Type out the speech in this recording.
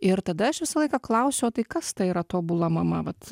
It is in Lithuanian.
ir tada aš visą laiką klausiu o tai kas tai yra tobula mama vat